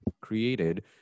created